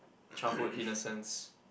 childhood innocence